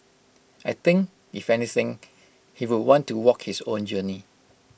I think if anything he would want to walk his own journey